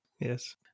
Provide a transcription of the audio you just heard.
Yes